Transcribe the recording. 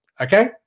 okay